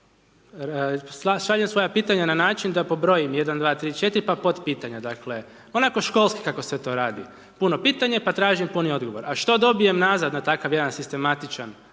šaljem svoja pitanja na način da pobrojim 1,2,3,4 pa potpitanja, onako školski kako se to radi. Puno pitanje pa tražim puni odgovor. A što dobijem nazad na takav jedan sistematičan